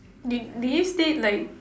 did did it state like